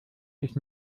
ist